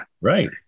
right